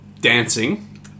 dancing